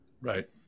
right